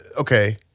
Okay